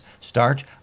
start